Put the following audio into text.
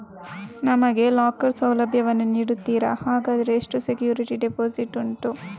ನನಗೆ ಲಾಕರ್ ಸೌಲಭ್ಯ ವನ್ನು ನೀಡುತ್ತೀರಾ, ಹಾಗಾದರೆ ಎಷ್ಟು ಸೆಕ್ಯೂರಿಟಿ ಡೆಪೋಸಿಟ್ ಉಂಟು?